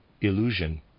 illusion